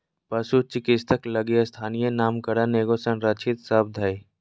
पशु चिकित्सक लगी स्थानीय नामकरण एगो संरक्षित शब्द हइ